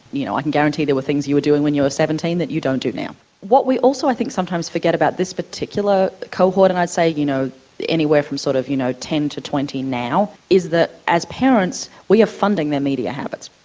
you know, i can guarantee there were things you were doing when you were seventeen that you don't do now. what we also i think sometimes forget about this particular cohort, and i'd say you know anywhere from sort of you know ten to twenty now, is that as parents we are funding their media habits.